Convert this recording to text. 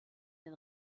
den